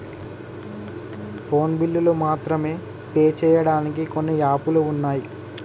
phone బిల్లులు మాత్రమే pay చెయ్యడానికి కొన్ని యాపులు వున్నయ్